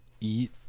Eat